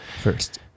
first